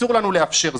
אסור לנו לאפשר זאת.